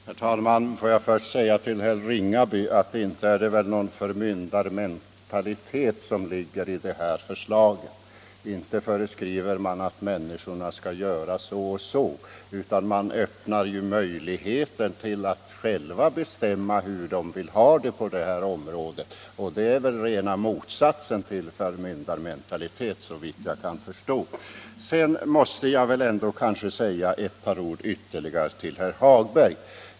Herr talman! Får jag först säga till herr Ringaby, att inte är det väl någon förmyndarmentalitet som ligger i det här förslaget. Inte föreskriver man att människorna skall göra så och så, utan man öppnar möjligheter för människorna att själva bestämma hur de skall ha det på detta område, och det är såvitt jag kan förstå raka motsatsen till förmyndarmentalitet. Jag måste också säga ytterligare ett par ord till herr Hagberg i Borlänge.